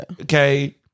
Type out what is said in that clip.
okay